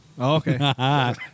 Okay